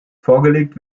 vorgelegt